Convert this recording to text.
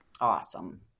awesome